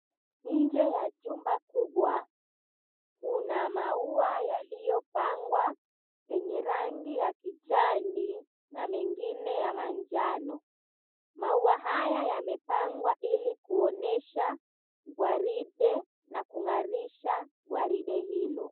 Nje ya jumba kubwa kuna maua yaliyopangwa yenye rangi ya kijani na mengine ya manjano. Maua haya yamepangwa ili kuonyesha gwaride na kung'arisha gwaride hilo.